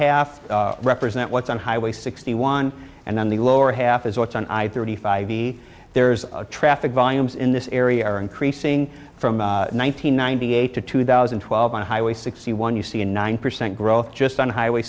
half represent what's on highway sixty one and then the lower half is what's on i thirty five e there's traffic volumes in this area are increasing from one nine hundred ninety eight to two thousand and twelve on highway sixty one you see a nine percent growth just on highway